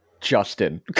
Justin